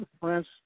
Prince